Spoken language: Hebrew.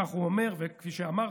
כך הוא אומר וכפי שאמרתי,